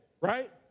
right